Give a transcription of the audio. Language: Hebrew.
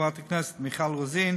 חברת הכנסת מיכל רוזין,